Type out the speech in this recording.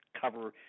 cover